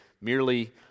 merely